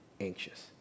anxious